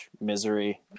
misery